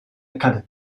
academy